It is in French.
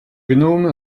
gnome